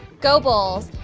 go, bulls!